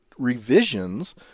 revisions